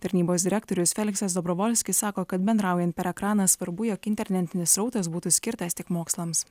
tarnybos direktorius feliksas dobrovolskis sako kad bendraujant per ekraną svarbu jog internetinis srautas būtų skirtas tik mokslams